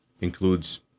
includes